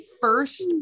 first